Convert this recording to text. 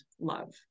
love